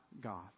God